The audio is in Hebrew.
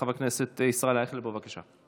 חבר הכנסת ישראל אייכלר, בבקשה.